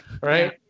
Right